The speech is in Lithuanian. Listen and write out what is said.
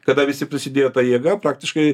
kada visi prisidėjo ta jėga praktiškai